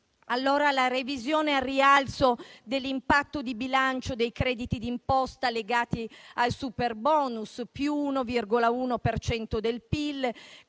La revisione al rialzo dell'impatto di bilancio dei crediti di imposta legati al superbonus - più 1,1 per